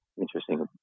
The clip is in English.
interesting